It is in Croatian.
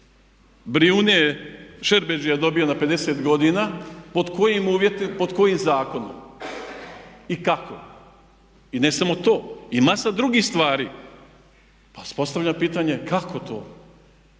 Brijune je Šerbedžija dobio na 50 godina, pod kojim zakonom i kako? I ne samo to, masa drugih stvari. Pa si postavljam pitanje kako to?